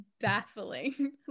baffling